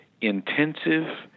intensive